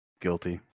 Guilty